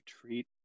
treat